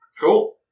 Cool